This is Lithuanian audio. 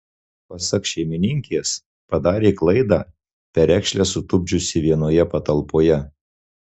pasak šeimininkės padarė klaidą perekšles sutupdžiusi vienoje patalpoje